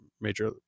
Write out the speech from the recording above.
major